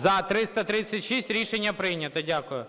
За-336 Рішення прийнято. Дякую.